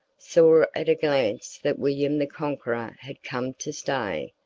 saw at a glance that william the conqueror had come to stay,